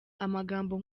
amagambo